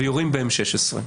ויורים ב-M16.